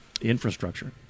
Infrastructure